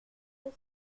yeux